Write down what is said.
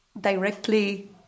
directly